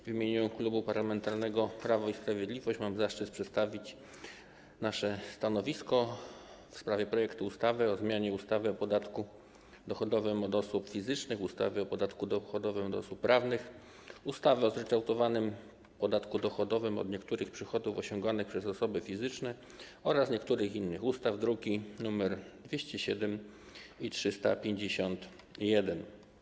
W imieniu Klubu Parlamentarnego Prawo i Sprawiedliwość mam zaszczyt przedstawić nasze stanowisko w sprawie projektu ustawy o zmianie ustawy o podatku dochodowym od osób fizycznych, ustawy o podatku dochodowym od osób prawnych, ustawy o zryczałtowanym podatku dochodowym od niektórych przychodów osiąganych przez osoby fizyczne oraz niektórych innych ustaw, druki nr 207 i 351.